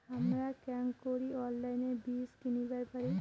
হামরা কেঙকরি অনলাইনে বীজ কিনিবার পারি?